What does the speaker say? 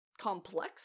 complex